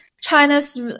China's